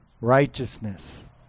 Righteousness